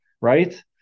right